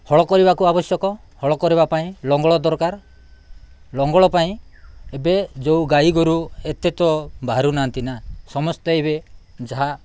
ହଳ କରିବାକୁ ଆବଶ୍ୟକ ହଳ କରିବା ପାଇଁ ଲଙ୍ଗଳ ଦରକାର ଲଙ୍ଗଳ ପାଇଁ ଏବେ ଯେଉଁ ଗାଈ ଗୋରୁ ଏତେ ତ ବାହାରୁନାହାନ୍ତି ନା ସମସ୍ତେ ଏବେ ଯାହା